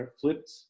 flipped